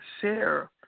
share